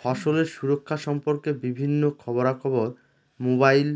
ফসলের সুরক্ষা সম্পর্কে বিভিন্ন খবরা খবর মোবাইল